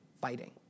fighting